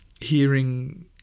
hearing